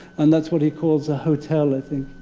and that's what he calls a hotel, i think.